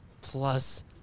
Plus